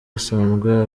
asanzwe